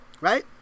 Right